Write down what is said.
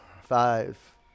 Five